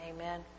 Amen